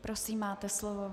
Prosím, máte slovo.